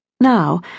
Now